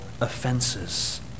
offenses